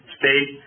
state